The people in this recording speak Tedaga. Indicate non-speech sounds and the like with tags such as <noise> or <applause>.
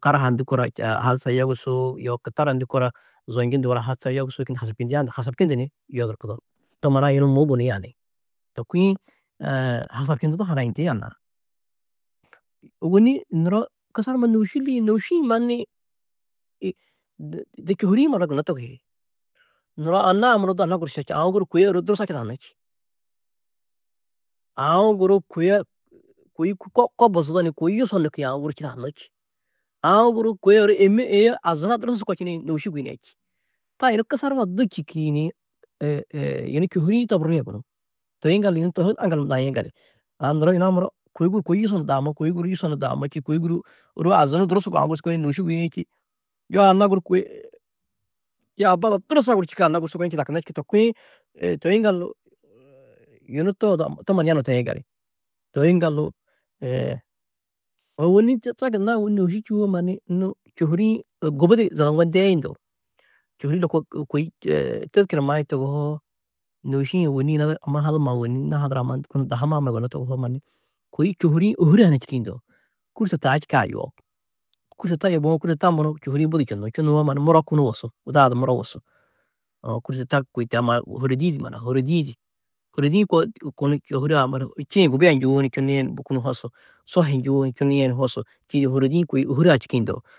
Karahaa ndû kora <hesitation> hadisa yogusu yo kitara ndû kora zonjudu walla hadisa yogusu čindi hasbčindiã ndo hasabčundu ni yodurkudo. To maana-ã yunu mu gunú yaani. To kuĩ <hesitation> hasabčundudo hanayindi anna-ã. Ôwonni nuro kusar numa nôuši liĩ, nôuši-ĩ mannu <hesitation> de čôhuri-ĩ marat gunnó toguhi. Nuro anna-ã muro du anna guru šiša, aũ guru kôe ôro durusa čidaannó čî, aũ guru kôe kôi ko ko buzudo ni kôi yusonnu kôi aũ guru čidaannó čî. Aũ guru kôe ôro ême êĩe azuna durusu kočinĩ nôuši guyinîe čî. Taa yunu kusar numa du čîki ni <hesitation> yunu čôhuri-ĩ toburîe gunú. Toi yiŋgaldu yunu to hi aŋgal numa naîe gali. Aã nuro yunu-ã muro kôi guru kôi yusonnu daamó kôi guru yusonnu daamó čî, kôi guru ôro azunu durusu aũ guru su <unintelligible> nôuši guyinîe čî. Yo anna guru kôe yaaba ada durusa guru čûkã anna guru su kôčindĩ čidakunnó čî. To kuĩ <hesitation> toi yiŋgaldu yunu to odu to mannu yanuũ taîe gali. Toi yiŋgaldu <hesitation> ôwonni to gunna ôwonni nôuši čûo manni nû čôhuri-ĩ gubudi zaga ŋgo ndeĩ ndo, čôhuri lôko kôi tezkera maĩ toguhoo, nôuši-ĩ ôwonni yina ada kuma haduma ôwonni nuhadurã mannu kunu dahu maamo yugonnó toguhoo mannu kôi čôhuri-ĩ ôhure hunã čîkĩ ndo kûrse taa čûkã yoop. Kûrse ta yobũwo kûrse taa muro čôhuri-ĩ budi čunnuú, čunnuwo mannu muro kunu wosu. Guda-ã du muro wosu. <hesitation> kûrse taa kôi taa ma hûrodi-ĩ di maana-ã, hûrodi-ĩ di. Hûrodi-ĩ koo kunu čôhure-ã muro či-ĩ gubia njûwo ni čunnuîe ni kunu hosu, sohi njûwo ni čunnuîe ni hosu čîidi hûrodi-ĩ kôi ôhure-ã čîkĩ ndo.